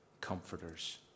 comforters